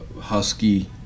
husky